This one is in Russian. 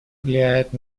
влияет